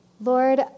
Lord